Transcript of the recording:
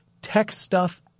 TechStuff